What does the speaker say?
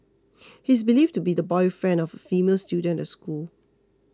he is believed to be the boyfriend of a female student at the school